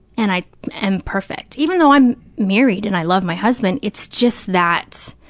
and i am perfect, even though i'm married and i love my husband, it's just that,